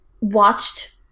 watched